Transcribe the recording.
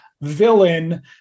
villain